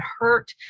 hurt